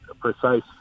precise